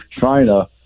China